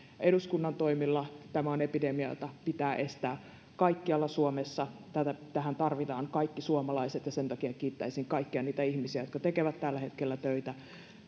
eduskunnan toimilla tämä on epidemia jota pitää estää kaikkialla suomessa tähän tarvitaan kaikki suomalaiset ja sen takia kiittäisin kaikkia niitä ihmisiä jotka tekevät tällä hetkellä töitä